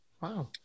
Wow